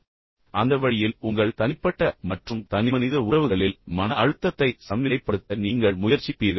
எனவே அந்த வழியில் உங்கள் தனிப்பட்ட மற்றும் தனிமனித உறவுகளில் மன அழுத்தத்தை சமநிலைப்படுத்த நீங்கள் முயற்சிப்பீர்கள்